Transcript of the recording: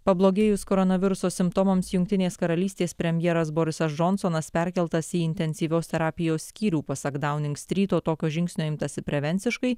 pablogėjus koronaviruso simptomams jungtinės karalystės premjeras borisas džonsonas perkeltas į intensyvios terapijos skyrių pasak dauningstryto tokio žingsnio imtasi prevenciškai